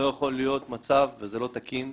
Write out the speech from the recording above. לא יכול להיות מצב, וזה לא תקין,